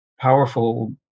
powerful